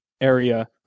area